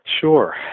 Sure